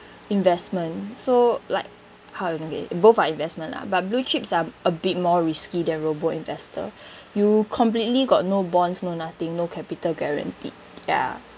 investment so like how I mean it both are investment lah but blue chips are a bit more risky than robo investor you completely got no bonds no nothing no capital guaranteed ya